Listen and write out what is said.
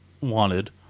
wanted